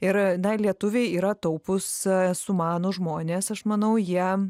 ir na lietuviai yra taupūs sumanūs žmonės aš manau jie